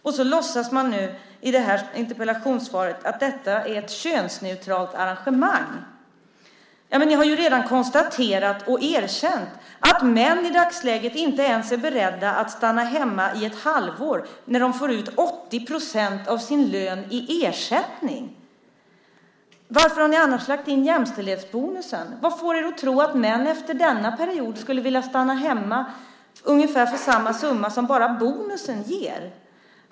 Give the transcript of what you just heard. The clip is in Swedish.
I interpellationssvaret låtsas man nu att detta är ett könsneutralt arrangemang. Ni har ju redan konstaterat och erkänt att män i dagsläget inte ens är beredda att stanna hemma i ett halvår när de får ut 80 % av sin lön i ersättning. Varför har ni annars lagt in jämställdhetsbonusen? Vad får er att tro att män efter denna period skulle vilja stanna hemma ungefär för samma summa som bara bonusen ger?